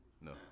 no